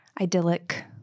idyllic